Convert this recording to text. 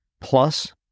Plus